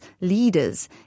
leaders